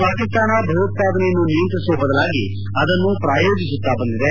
ಪಾಕಿಸ್ತಾನ ಭಯೋತ್ವಾದನೆಯನ್ನು ನಿಯಂತ್ರಿಸುವ ಬದಲಾಗಿ ಅದನ್ನು ಪ್ರಾಯೋಜಿಸುತ್ತಾ ಬಂದಿದೆ